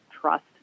trust